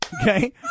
Okay